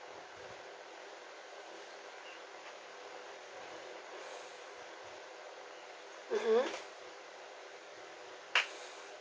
mmhmm